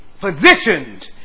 positioned